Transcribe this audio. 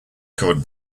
covered